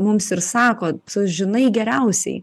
mums ir sako tu žinai geriausiai